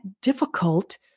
difficult